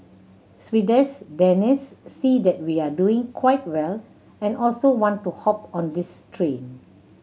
Swedes Danes see that we are doing quite well and also want to hop on this train